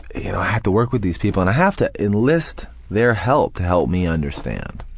you know i have to work with these people and i have to enlist their help to help me understand.